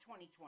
2020